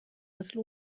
مثل